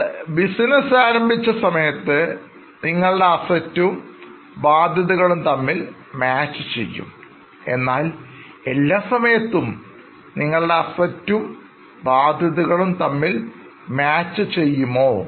നിങ്ങൾ ബിസിനസ് ആരംഭിച്ച സമയത്ത് നിങ്ങളുടെ Assets ഉം ബാധ്യതകളും തമ്മിൽ മാച്ച് ചെയ്യും എന്നാൽ എല്ലാ സമയത്തും നിങ്ങളുടെ Assets ഉം ബാധ്യതകളുംതമ്മിൽ മാച്ച് ചെയ്യുമോ